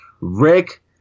Rick